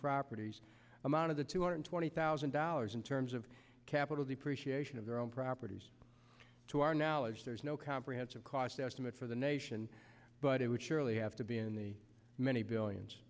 properties amount of the two hundred twenty thousand dollars in terms of capital depreciation of their own properties to our knowledge there's no comprehensive cost estimate for the nation but it would surely have to be in the many billions